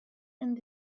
and